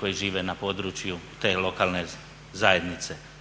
koji žive na području te lokalne zajednice.